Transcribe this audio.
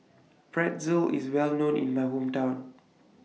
Pretzel IS Well known in My Hometown